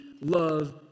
love